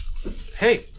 Hey